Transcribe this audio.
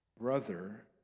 Brother